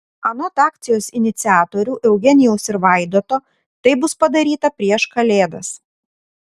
anot akcijos iniciatorių eugenijaus ir vaidoto tai bus padaryta prieš kalėdas